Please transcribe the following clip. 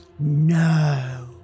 No